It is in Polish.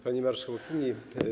Pani Marszałkini!